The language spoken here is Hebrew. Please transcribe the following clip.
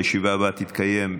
הישיבה הבאה תתקיים,